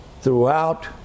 throughout